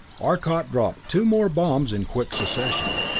arcot dropped two more bombs in quick succession.